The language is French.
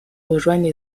rejoignent